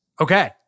okay